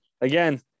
again